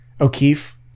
O'Keefe